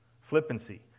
Flippancy